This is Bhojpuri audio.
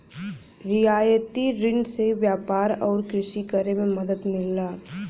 रियायती रिन से व्यापार आउर कृषि करे में मदद मिलला